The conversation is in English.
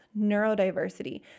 neurodiversity